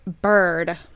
bird